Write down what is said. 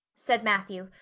said matthew,